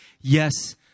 yes